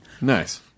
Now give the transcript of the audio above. Nice